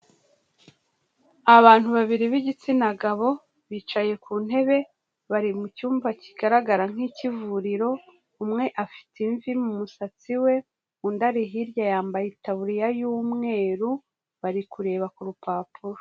Abantu babiri b'igitsina gabo bicaye ku ntebe bari mu cyumba kigaragara nk'ikivuriro, umwe afite imvi mu musatsi we, undi ari hirya yambaye itaburiya y'umweru bari kureba ku rupapuro.